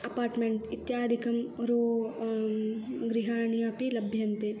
apartment इत्यादिकं रू गृहाणि अपि लभ्यन्ते